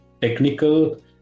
technical